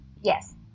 Yes